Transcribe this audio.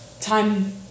time